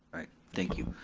thank you.